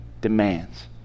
demands